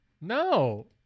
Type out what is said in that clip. No